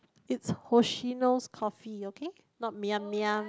it's Hoshino's-Coffee okay not Miam-Miam